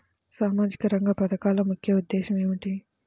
సామాజిక రంగ పథకాల ముఖ్య ఉద్దేశం ఏమిటీ?